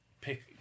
pick